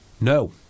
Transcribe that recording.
No